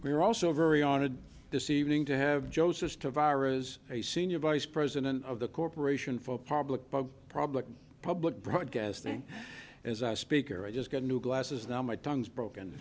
we're also very honored this evening to have joe's sister virus a senior vice president of the corporation for public bug probably public broadcasting as a speaker i just got a new glasses now my tongue is broken